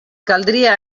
caldria